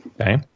Okay